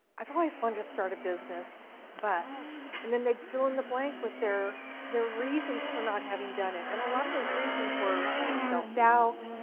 i've always wanted to start a business, but and then they'd fill in the blank with their their reasons for not having done it. and a lot of those reasons were self doubt,